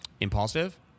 Impulsive